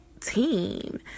team